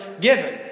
given